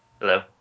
Hello